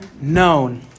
known